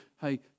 Hey